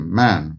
man